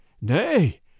Nay